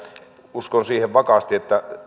uskon vakaasti siihen että